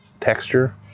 texture